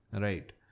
right